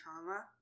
trauma